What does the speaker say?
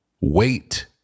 wait